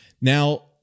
Now